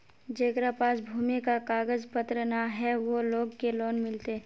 जेकरा पास भूमि का कागज पत्र न है वो लोग के लोन मिलते?